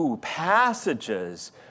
passages